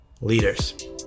leaders